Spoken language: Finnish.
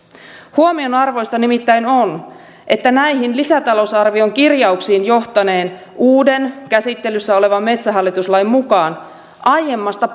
huomionarvoista nimittäin on että näihin lisätalousarvion kirjauksiin johtaneen uuden käsittelyssä olevan metsähallitus lain mukaan aiemmasta